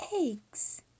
eggs